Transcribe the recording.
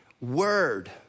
word